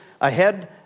ahead